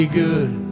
good